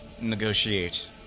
negotiate